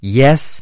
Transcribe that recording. yes